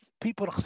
people